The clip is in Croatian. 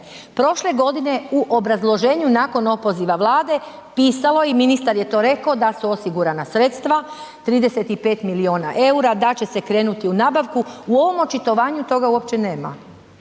Prošle godine u obrazloženju nakon opoziva Vlade, pisalo je i ministar je to rekao da su osigurana sredstva, 35 milijuna eura, da će se krenuti u nabavku, u ovom očitovanju toga uopće nema.